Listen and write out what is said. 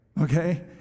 Okay